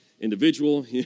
individual